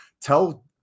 Tell